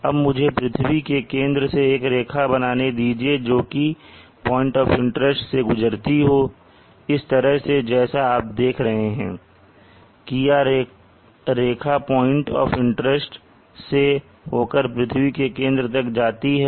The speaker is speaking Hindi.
अब मुझे पृथ्वी के केंद्र से एक रेखा बनाने दीजिए जोकि पॉइंट ऑफ इंटरेस्ट से गुजरती हो इस तरह से जैसा आप देख रहे हैं किया रेखा पॉइंट ऑफ इंटरेस्ट से होकर पृथ्वी के केंद्र तक जाती है